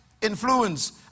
influence